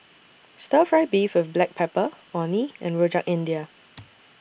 Stir Fry Beef with Black Pepper Orh Nee and Rojak India